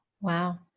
Wow